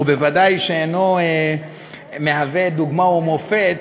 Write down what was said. ובוודאי שאינו מהווה דוגמה ומופת